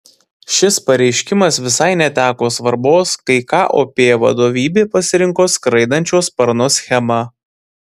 šis pareiškimas visai neteko svarbos kai kop vadovybė pasirinko skraidančio sparno schemą